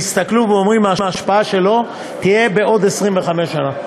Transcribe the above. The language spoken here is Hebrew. מסתכלים ואומרים: ההשפעה שלו תהיה בעוד 25 שנה.